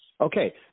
Okay